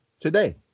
today